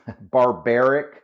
barbaric